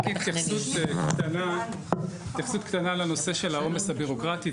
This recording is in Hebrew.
התייחסות קטנה לעומס הביורוקרטי.